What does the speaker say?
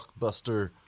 blockbuster